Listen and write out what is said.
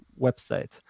website